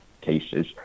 cases